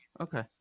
Okay